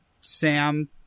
Sam